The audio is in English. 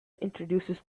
introduces